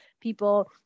people